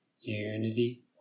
unity